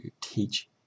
teach